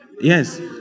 Yes